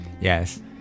yes